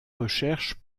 recherches